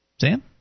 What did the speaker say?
Sam